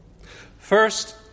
First